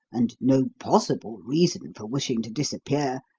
and no possible reason for wishing to disappear,